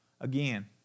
Again